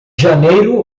janeiro